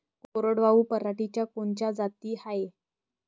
कोरडवाहू पराटीच्या कोनच्या जाती हाये?